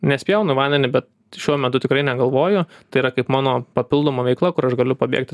nespjaunu į vandenį bet šiuo metu tikrai negalvoju tai yra kaip mano papildoma veikla kur aš galiu pabėgti